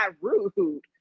rude